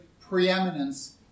preeminence